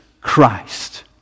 Christ